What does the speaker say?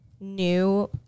new